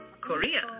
Korea